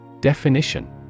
Definition